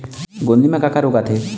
गोंदली म का का रोग आथे?